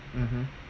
mmhmm